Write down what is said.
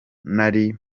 nari